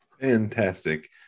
Fantastic